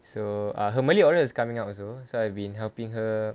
so ah her malay oral is coming up also so I've been helping her